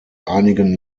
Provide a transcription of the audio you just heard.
einigen